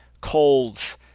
colds